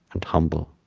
and humble.